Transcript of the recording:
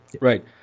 right